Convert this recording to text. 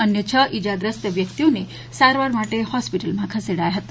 અન્ય છ ઈજાગ્રસ્ત વ્યક્તિઓને સારવાર માટે હોસ્પિટલ ખસેડાયા હતા